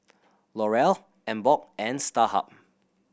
L'Oreal Emborg and Starhub